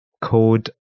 code